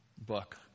book